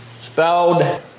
Spelled